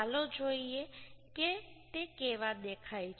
ચાલો જોઈએ કે તે કેવા દેખાય છે